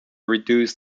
reduce